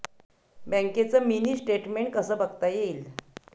बँकेचं mini statement कसं बघता येईल?